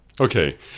okay